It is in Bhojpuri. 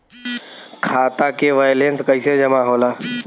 खाता के वैंलेस कइसे जमा होला?